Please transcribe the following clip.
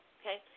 okay